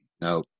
No